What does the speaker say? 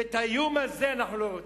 ואת האיום הזה אנחנו לא רוצים.